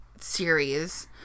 series